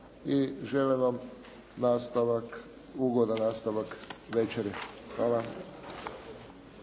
I želim vam nastavak, ugodan nastavak večeri. Hvala.